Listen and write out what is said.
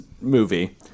movie